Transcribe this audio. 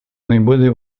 наиболее